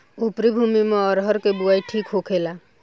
उपरी भूमी में अरहर के बुआई ठीक होखेला?